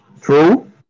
True